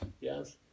Yes